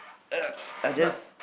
I just